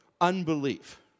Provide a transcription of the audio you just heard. unbelief